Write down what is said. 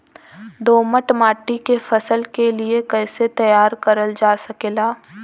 दोमट माटी के फसल के लिए कैसे तैयार करल जा सकेला?